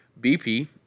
BP